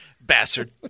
Bastard